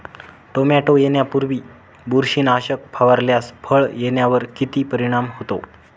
Tomato येण्यापूर्वी बुरशीनाशक फवारल्यास फळ येण्यावर किती परिणाम होतो?